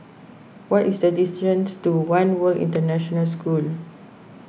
what is the distance to one World International School